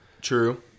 True